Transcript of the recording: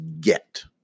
get